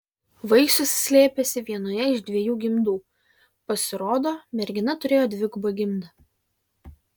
vaisius slėpėsi vienoje iš dviejų gimdų pasirodo mergina turėjo dvigubą gimdą